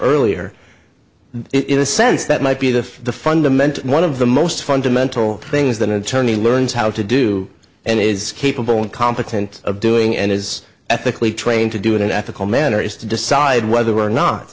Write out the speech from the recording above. earlier in the sense that might be the fundament one of the most fundamental things than attorney learns how to do and is capable and competent of doing and is ethically trained to do in an ethical manner is to decide whether or not